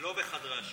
בחדרי שירותים.